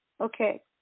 Okay